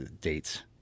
dates